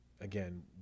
again